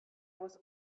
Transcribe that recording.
was